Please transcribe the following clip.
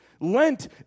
Lent